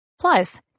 Plus